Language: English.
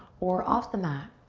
or off the mat.